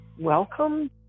welcome